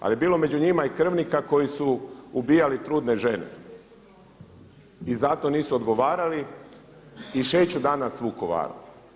Ali bilo je među njima i krvnika koji su ubijali trudne žene i zato nisu odgovarali i šeću danas Vukovarom.